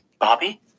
Bobby